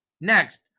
Next